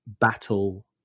battle